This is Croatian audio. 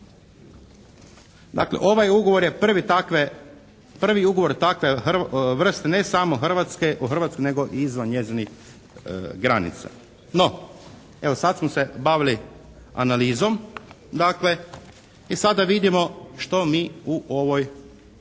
Dakle, ovaj ugovor je prvi ugovor takve vrste ne samo hrvatske, u Hrvatskoj nego i izvan njezinih granica. No, evo sad smo se bavili analizom dakle i sada vidimo što mi u ovoj našoj